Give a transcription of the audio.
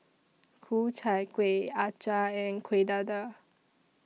Ku Chai Kuih Acar and Kueh Dadar